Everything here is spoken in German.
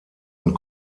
und